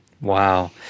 Wow